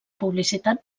publicitat